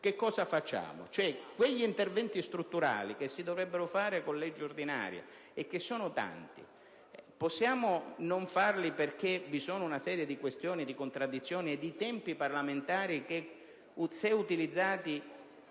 cosa facciamo? Quegli interventi strutturali, che si dovrebbero fare con legge ordinaria e che sono tanti, possiamo non farli perché vi sono una serie di questioni, di contraddizioni e di tempi parlamentari che se utilizzati